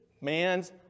man's